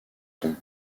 ton